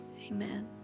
Amen